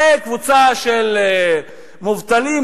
זה ספר על קבוצה של מובטלים,